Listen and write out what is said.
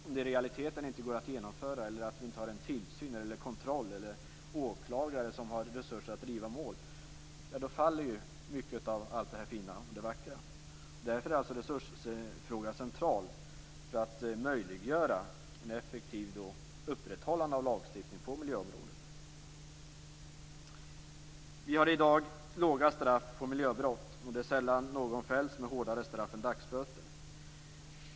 Om vi i realiteten inte har tillsyn och kontroll eller åklagare som har resurser att driva mål faller mycket av det fina och det vackra. Därför är resursfrågan central för att möjliggöra ett effektivt upprätthållande av lagstiftningen på miljöområdet. Vi har i dag låga straff för miljöbrott, och det är sällan någon fälls med hårdare straff än dagsböter.